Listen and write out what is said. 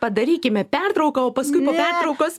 padarykime pertrauką o paskui po pertraukos